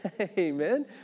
amen